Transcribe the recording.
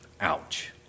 ouch